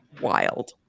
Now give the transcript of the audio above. wild